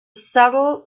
subtle